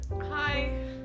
hi